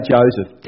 Joseph